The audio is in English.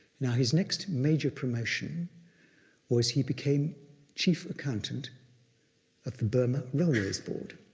now his next major promotion was he became chief accountant of the burma railways board.